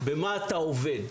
במה אתה עובד?